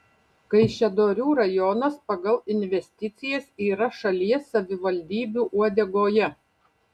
kaišiadorių rajonas pagal investicijas yra šalies savivaldybių uodegoje